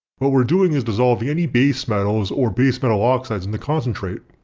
what we're doing is dissolving any base metals or base metal oxides in the concentrate.